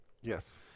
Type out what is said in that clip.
yes